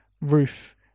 roof